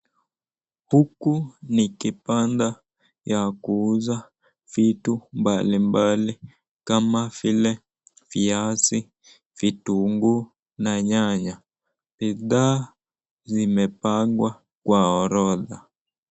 Huku ni kibanda ya kuuza vitu mbalimbali kama vile viazi , vitunguu na nyanya bidhaa zimepangwa kwa orodha